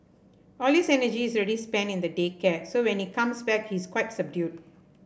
all his energy is already spent in the day care so when he comes back he is quite subdued